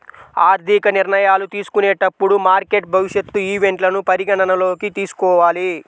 ఆర్థిక నిర్ణయాలు తీసుకునేటప్పుడు మార్కెట్ భవిష్యత్ ఈవెంట్లను పరిగణనలోకి తీసుకోవాలి